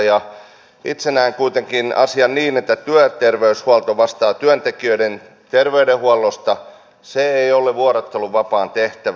itse näen kuitenkin asian niin että työterveysterveyshuolto vastaa työntekijöiden terveydenhuollosta se ei ole vuorotteluvapaan tehtävä